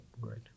great